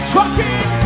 Trucking